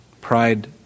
pride